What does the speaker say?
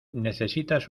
necesitas